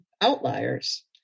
outliers